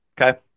Okay